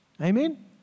Amen